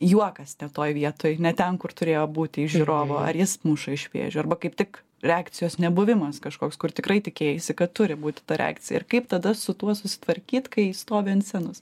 juokas ne toj vietoj ne ten kur turėjo būti iš žiūrovų ar jis muša iš vėžių arba kaip tik reakcijos nebuvimas kažkoks kur tikrai tikėjaisi kad turi būti ta reakcija ir kaip tada su tuo susitvarkyt kai stovi ant scenos